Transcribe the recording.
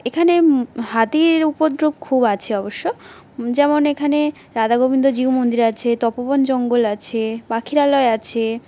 এখানে হাতির উপদ্রব খুব আছে অবশ্য যেমন এখানে রাধাগোবিন্দ জীউ মন্দির আছে তপোবন জঙ্গল আছে পাখিরালয় আছে